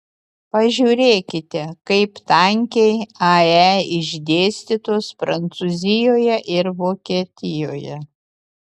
pažiūrėkite kaip tankiai ae išdėstytos prancūzijoje ir vokietijoje